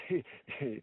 ši šeima